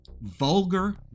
vulgar